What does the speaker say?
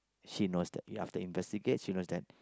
she knows that after investigate she knows that